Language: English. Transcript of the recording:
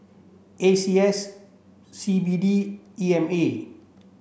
A C S C B D E M A